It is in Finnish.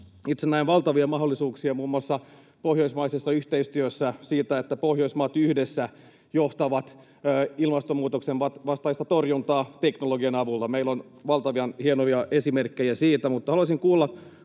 Itse näen valtavia mahdollisuuksia muun muassa pohjoismaisessa yhteistyössä siitä, että Pohjoismaat yhdessä johtavat ilmastonmuutoksen vastaista torjuntaa teknologian avulla. Meillä on valtavan hienoja esimerkkejä siitä. Haluaisin kuulla